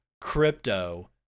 crypto